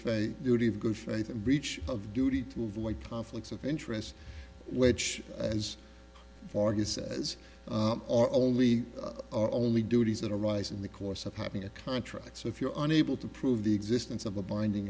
faith duty of good faith and breach of duty to avoid conflicts of interest which as far as our only our only duties that arise in the course of having a contract so if you're unable to prove the existence of a binding